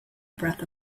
breath